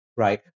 Right